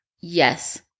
Yes